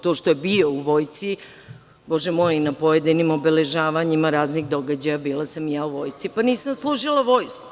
To što je bio u Vojsci, bože moj, i na pojedinim obeležavanjima raznih događaja, bila sam i ja u vojsci pa nisam služila vojsku.